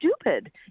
stupid